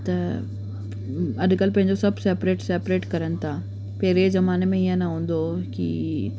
त अॼुकल्ह पंहिंजो सभु सैपरेट सैपरेट करनि था पहिरें जे ज़माने में ईअं न हूंदो हुओ की